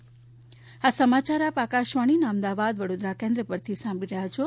corona appeal આ સમાચાર આપ આકાશવાણીના અમદાવાદ વડીદરા કેન્દ્ર પરથી સાંભળી રહ્યા છો